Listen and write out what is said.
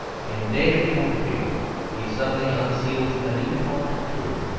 in david copperfield he suddenly unseals a new torrent of truth,